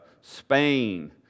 Spain